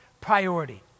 priority